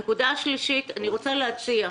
נקודה שלישית, אני רוצה להציע.